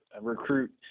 recruit